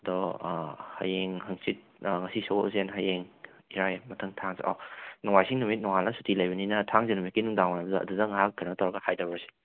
ꯑꯗꯣ ꯍꯌꯦꯡ ꯍꯥꯡꯆꯤꯠ ꯉꯁꯤ ꯁꯒꯣꯜꯁꯦꯜ ꯍꯌꯦꯡ ꯏꯔꯥꯏ ꯃꯊꯪ ꯊꯥꯡꯖ ꯑꯣ ꯅꯣꯡꯃꯥꯏꯖꯤꯡ ꯅꯨꯃꯤꯠ ꯅꯣꯡꯉꯥꯜꯂꯒ ꯁꯨꯇꯤ ꯂꯩꯕꯅꯤꯅ ꯊꯥꯡꯖ ꯅꯨꯃꯤꯠꯀꯤ ꯅꯨꯡꯗꯥꯡꯋꯥꯏꯔꯝꯗꯨꯗ ꯑꯗꯨꯗ ꯉꯥꯏꯍꯥꯛ ꯀꯩꯅꯣ ꯇꯧꯔꯒ ꯍꯥꯏꯊꯔꯨꯔꯁꯤ